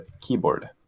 keyboard